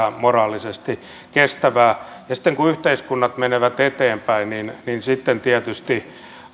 moraalisesti kestävää sitten kun yhteiskunnat menevät eteenpäin niin sitten tietysti